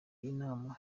inama